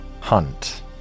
hunt